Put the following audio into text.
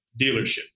dealership